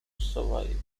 survive